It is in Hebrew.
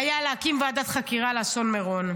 היה להקים ועדת חקירה לאסון מירון,